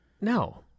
No